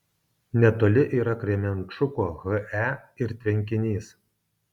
netoli yra kremenčuko he ir tvenkinys